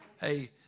Hey